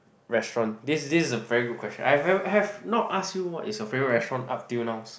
restaurant this this is a very good question I've have have not asked you what is your favourite restaurant up till now